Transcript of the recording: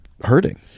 hurting